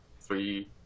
three